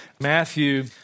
Matthew